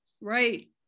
right